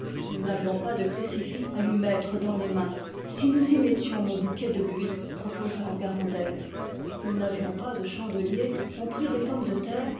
nous n'avions pas de crucifix à lui mettre dans les mains si nous y mettions mon bouquet de buis proposa garandel nous n'avions pas de chandeliers on prit des pommes de terre